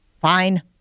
Fine